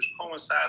coincides